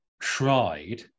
tried